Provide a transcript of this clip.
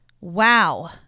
Wow